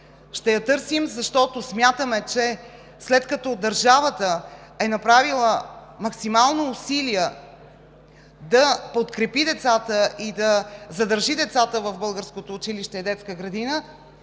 Ще я търсим, защото смятаме, че след като държавата е направила максимално усилия да подкрепи и да задържи децата в българското училище и детската градина,